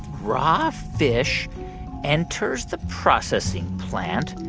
raw fish enters the processing plant,